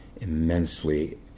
immensely